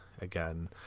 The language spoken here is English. Again